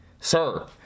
sir